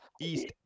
East